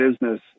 business